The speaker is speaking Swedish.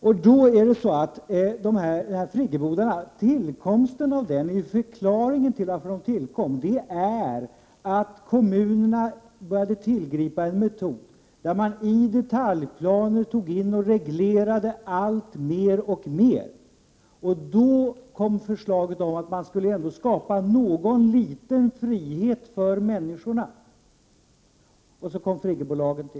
Förklaringen till tillkomsten av friggebodarna är att kommunerna började tillgripa en metod där man i detaljplaner reglerade mer och mer. Då kom förslaget om att ändå skapa någon liten frihet för människorna, dvs. friggebodlagen.